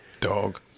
Dog